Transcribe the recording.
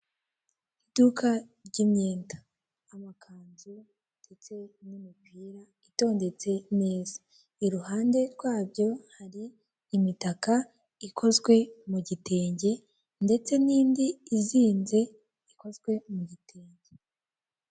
Iduka ry'imyenda : amakanzu ndetse n'imipira itondetse neza. Iruhande rwabyo hari imitaka ikozwe mu gitenge, ndetse n'indi izinze ikozwe mu gitenge.